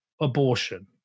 abortion